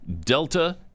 Delta